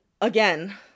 again